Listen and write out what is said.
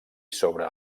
sobre